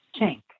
chink